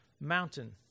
mountain